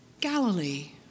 Galilee